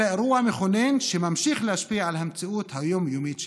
אלא באירוע מכונן שממשיך להשפיע על המציאות היום-יומית שלנו.